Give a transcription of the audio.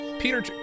Peter